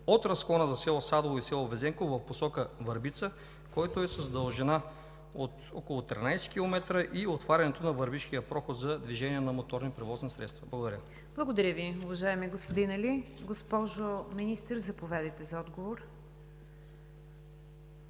от разклона на село Садово и село Везенково в посока Върбица, който е с дължина от около 13 км, и отваряването на Върбишкия проход за движение на моторни превозни средства? Благодаря. ПРЕДСЕДАТЕЛ НИГЯР ДЖАФЕР: Благодаря Ви, уважаеми господин Али. Госпожо Министър, заповядайте за отговор.